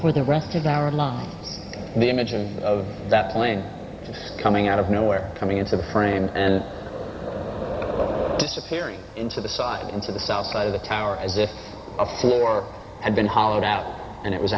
for the rest of our lives the images of that plane coming out of nowhere coming into the frame and disappearing into the side into the south side of the tower as if a floor had been hollowed out and it was